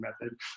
method